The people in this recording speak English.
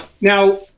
Now